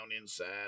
inside